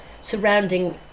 surrounding